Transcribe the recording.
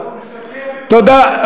תודה.